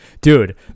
dude